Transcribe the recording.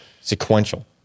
sequential